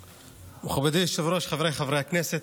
מכובדי היושב-ראש, חבריי חברי הכנסת,